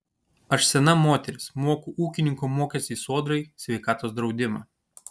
aš sena moteris moku ūkininko mokestį sodrai sveikatos draudimą